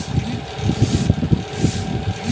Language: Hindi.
शिक्षिका ने आज टाइप्स ऑफ़ बोरोवर के बारे में पढ़ाया है